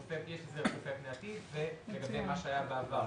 יש הסדר צופה פני עתיד ולגבי מה שהיה בעבר,